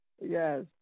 Yes